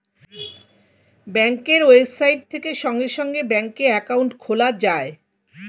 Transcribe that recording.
ব্যাঙ্কের ওয়েবসাইট থেকে সঙ্গে সঙ্গে ব্যাঙ্কে অ্যাকাউন্ট খোলা যায়